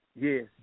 yes